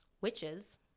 witches